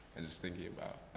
and just thinking about